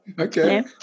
Okay